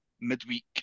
Midweek